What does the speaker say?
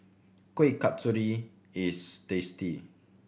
Kuih Kasturi is tasty